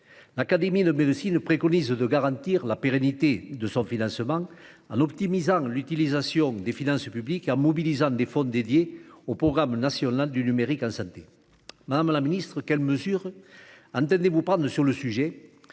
nationale de médecine préconise de garantir la pérennité de son financement en optimisant l'utilisation des finances publiques et en mobilisant des fonds dédiés au programme national du numérique en santé. Madame la ministre, quelles mesures entendez-vous prendre sur le sujet ?